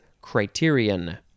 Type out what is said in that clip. criterion